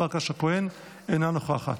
חברת הכנסת פרקש הכהן, אינה נוכחת.